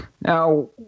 Now